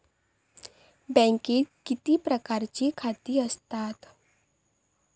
बँकेत किती प्रकारची खाती आसतात?